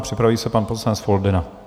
Připraví se pan poslanec Foldyna.